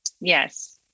Yes